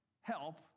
help